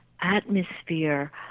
atmosphere